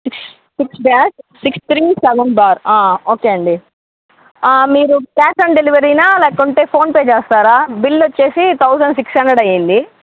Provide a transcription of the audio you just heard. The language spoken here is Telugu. six dash six three seven bar okay అండీ మీరు క్యాష్ ఆన్ డెలివరీనా లేకుంటే ఫోన్పే చేస్తారా బిల్ వచ్చేసి థౌసండ్ సిక్స్ హండ్రెడ్ అయింది